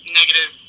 negative